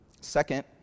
Second